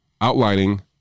outlining